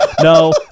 no